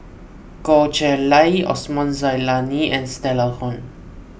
Goh Chiew Lye Osman Zailani and Stella Kon